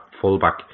fullback